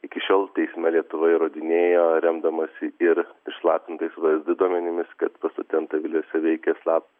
iki šiol teisme lietuva įrodinėjo remdamasi ir išslaptintais v s d duomenimis kad pas o ten tą aviliuose veikė slap